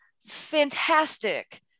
fantastic